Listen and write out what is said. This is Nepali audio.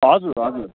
हजुर हजुर